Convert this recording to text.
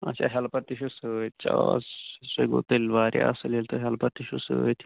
اچھا ہٮ۪لپر تہِ چھُ سۭتۍ چا سُہ ہے گوٚو تیٚلہِ واریاہ اَصٕل ییٚلہِ توہہِ ہٮ۪لپر تہِ چھُو سۭتۍ